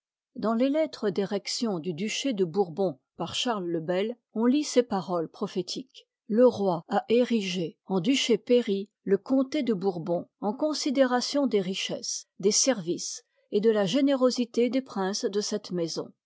dans les lettres d'érection du duché de bourbon par charles le bel on lit ces paroles prophétiques le roi a y érigé en duché pairie le comté de bourbon en considération des richesses des services et de la générosité des princes de cette maison